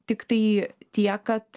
tiktai tiek kad